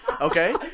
Okay